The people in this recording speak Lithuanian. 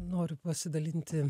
noriu pasidalinti